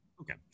Okay